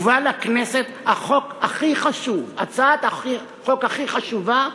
הובא לכנסת החוק הכי חשוב, הצעת החוק הכי חשובה,